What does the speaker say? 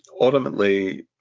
Ultimately